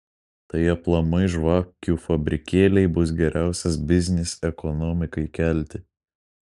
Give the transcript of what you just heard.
tai aplamai žvakių fabrikėliai bus geriausias biznis ekonomikai kelti